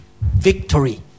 Victory